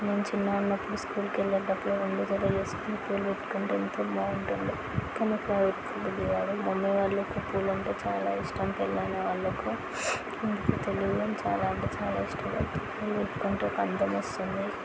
మేము చిన్నగా ఉన్నప్పుడు స్కూల్కి వెళ్ళేటప్పుడు రెండు జడలు వేసుకుని పూలు పెట్టుకుంటే ఎంతో బాగుంటు ఉండే కానీ ఇప్పుడు అలా పెట్టుకోబుద్ది కాదు మమ్మీ వాళ్ళకు పూలు అంటే చాలా ఇష్టం పెళ్ళైన వాళ్ళకు ఎందుకో తెలియదు కానీ చాలా అంటే చాలా ఇష్టపడతారు పూలు పెట్టుకుంటే అందం వస్తుంది